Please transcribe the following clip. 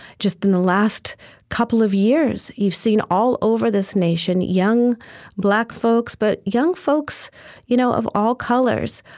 just in the last couple of years, you've seen all over this nation young black folks, but young folks you know of all colors,